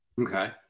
Okay